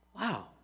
Wow